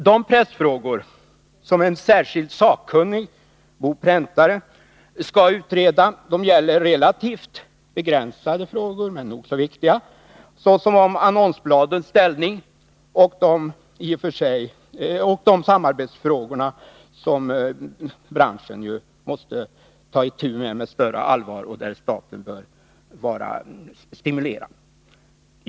De pressfrågor som en särskild sakkunnig, Bo Präntare, skall utreda är relativt begränsade men nog så viktiga, såsom annonsbladens ställning och det samarbete som branschen med större allvar måste ta itu med och som staten bör stimulera.